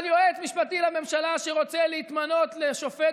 אבל יועץ משפטי לממשלה שרוצה להתמנות לשופט